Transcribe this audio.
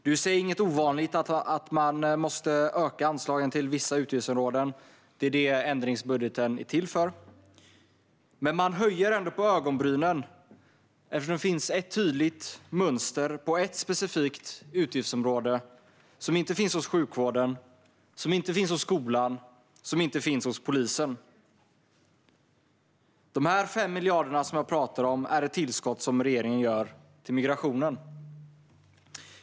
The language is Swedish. Det är i sig inget ovanligt att man måste öka anslagen till vissa utgiftsområden, för det är det ändringsbudgeten är till för. Men man höjer ändå på ögonbrynen eftersom det finns ett tydligt mönster på ett specifikt utgiftsområde som inte finns på utgiftsområdena sjukvården, skolan och polisen. De 5 miljarder som jag talar om är ett tillskott som regeringen gör till migrationen.